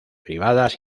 privadas